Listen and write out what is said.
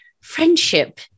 friendship